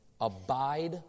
Abide